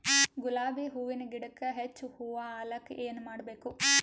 ಗುಲಾಬಿ ಹೂವಿನ ಗಿಡಕ್ಕ ಹೆಚ್ಚ ಹೂವಾ ಆಲಕ ಏನ ಮಾಡಬೇಕು?